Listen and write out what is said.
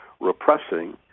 repressing